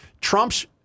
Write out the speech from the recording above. Trump's